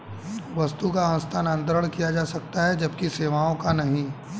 वस्तु का हस्तांतरण किया जा सकता है जबकि सेवाओं का नहीं